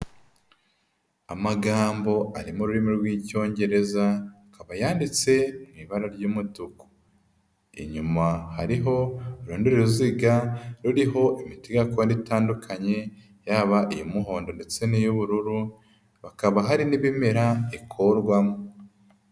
Amagambo ari mu rurimi rw'icyongereza, akaba yanditse mu ibara ry'umutuku, inyuma hariho urundi ruziga ruriho imiti gakondo itandukanye, yaba iy'umuhondo ndetse n'iy'ubururu, hakaba hari n'ibimera ikurwamo.